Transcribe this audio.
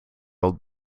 old